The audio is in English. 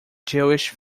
jewish